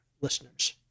listeners